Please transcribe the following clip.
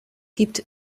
gibt